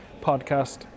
podcast